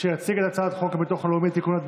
שיציג את הצעת חוק הביטוח הלאומי (תיקון,